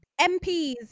MPs